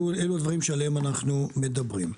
אלה הדברים שעליהם אנחנו מדברים.